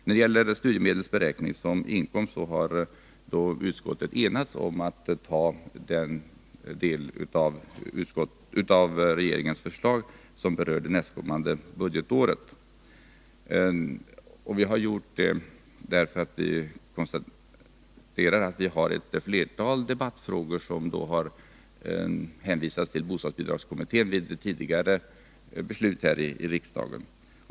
När det gäller studiemedelsberäkning som inkomst har vi i utskottet enats om att tillstyrka den del av regeringens förslag som berör nästkommande budgetår. Vi har gjort det därför att ett flertal debattfrågor hänvisats till bostadsbidragskommittén enligt tidigare beslut här i riksdagen.